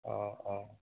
অঁ অঁ